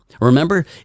Remember